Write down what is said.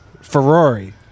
Ferrari